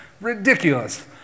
Ridiculous